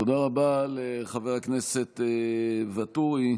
תודה רבה לחבר הכנסת ואטורי,